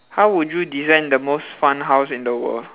how would you design the most fun house in the world